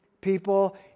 People